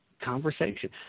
conversation